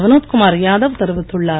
வினோத் குமார் யாதவ் தெரிவித்துள்ளார்